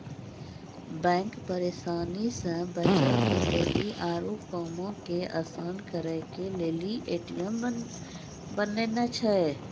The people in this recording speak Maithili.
बैंक परेशानी से बचे के लेली आरु कामो के असान करे के लेली ए.टी.एम बनैने छै